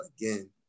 again